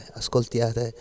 ascoltiate